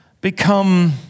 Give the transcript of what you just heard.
become